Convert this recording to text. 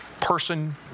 person